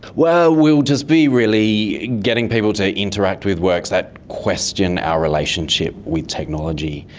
well, we will just be really getting people to interact with works that question our relationship with technology,